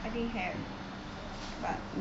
I think have but